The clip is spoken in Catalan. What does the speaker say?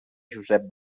josep